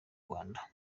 rwanda